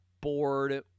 bored